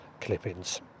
clippings